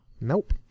Nope